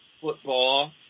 football